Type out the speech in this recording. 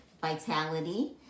vitality